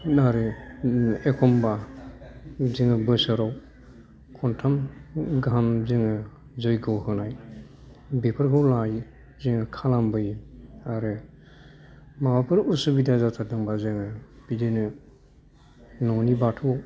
आरो एखनबा जोङो बोसोराव खनथाम गाहाम जोङो जय्ग' होनाय बेफोरखौ लायो जोङो खालामबायो आरो माबाफोर उसुबिदा जाथारदोंबा जोङो बिदिनो न'नि बाथौ